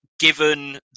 given